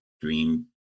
dream